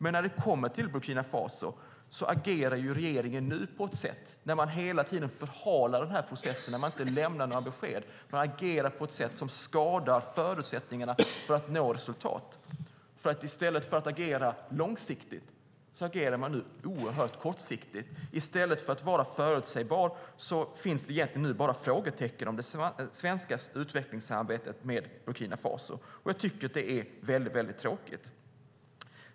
Men när det kommer till Burkina Faso agerar regeringen nu på ett sätt, när man hela tiden förhalar den här processen och när man inte lämnar några besked, som skadar förutsättningarna för att nå resultat. I stället för att agera långsiktigt agerar man oerhört kortsiktigt. I stället för förutsägbarhet finns det nu egentligen bara frågetecken om det svenska utvecklingssamarbetet med Burkina Faso. Jag tycker att det är väldigt tråkigt.